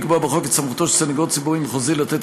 לקבוע בחוק את סמכותו של סנגור ציבורי מחוזי לתת